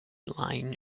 line